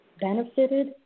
benefited